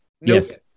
Yes